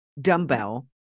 dumbbell